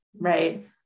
right